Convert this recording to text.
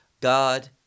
god